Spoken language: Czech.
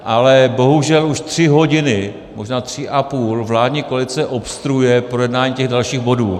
Ale bohužel už tři hodiny, možná tři a půl, vládní koalice obstruuje projednání těch dalších bodů.